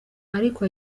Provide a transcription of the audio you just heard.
ariko